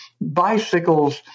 bicycles